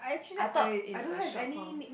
I thought it's a short form